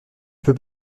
peux